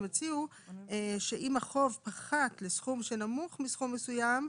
הם הציעו שאם החוב פחת לסכום שנמוך מסכום מסוים,